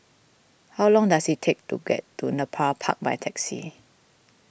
how long does it take to get to Nepal Park by taxi